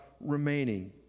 remaining